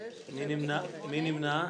מי נמנע?